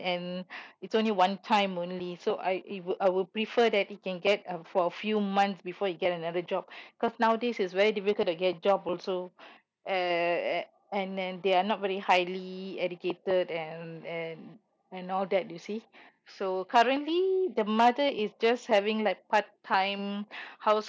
and it's only one time only so I it would I would prefer that you can get um for a few months before they get another job cause nowadays it's very difficult to get job also and and and then they are not very highly educated and and and all that you see so currently the mother is just having like part time house